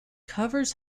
covers